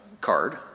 card